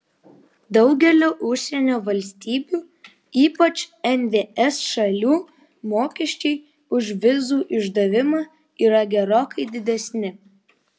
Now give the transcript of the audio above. daugelio užsienio valstybių ypač nvs šalių mokesčiai už vizų išdavimą yra gerokai didesni